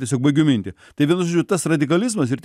tiesiog baigiu mintį tai vienu žodžiu tas radikalizmas ir